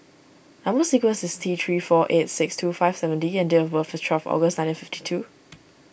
Number Sequence is T three four eight six two five seven D and date of birth is twelve August nineteen fifty two